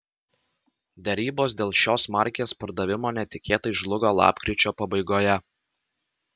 derybos dėl šios markės pardavimo netikėtai žlugo lapkričio pabaigoje